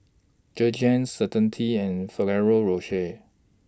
Jergens Certainty and Ferrero Rocher